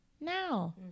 now